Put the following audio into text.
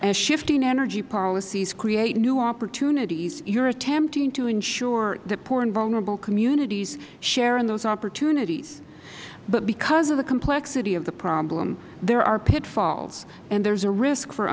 as shifting energy policies create new opportunities you are attempting to ensure that poor and vulnerable communities share in those opportunities but because of the complexity of the problem there are pitfalls and there is a risk for